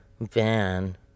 van